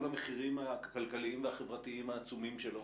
המחירים הכלכליים והחברתיים העצומים שלו,